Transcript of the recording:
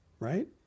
Right